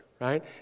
right